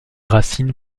racines